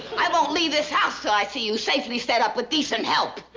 i won't leave this house till i see you safely set up with decent help.